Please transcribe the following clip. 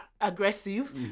aggressive